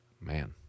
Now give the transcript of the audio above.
Man